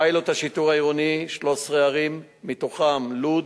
פיילוט השיטור העירוני, 13 ערים, בתוכן לוד,